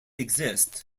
exist